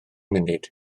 munud